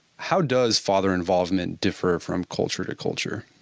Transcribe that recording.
how does father involvement differ from culture to culture?